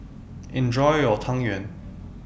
Enjoy your Tang Yuen